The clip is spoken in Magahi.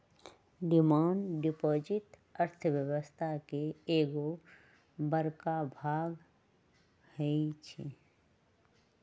डिमांड डिपॉजिट अर्थव्यवस्था के एगो बड़का भाग होई छै